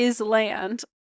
Island